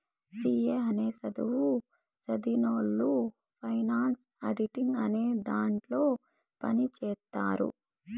C A అనే సధువు సదివినవొళ్ళు ఫైనాన్స్ ఆడిటింగ్ అనే దాంట్లో పని చేత్తారు